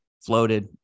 floated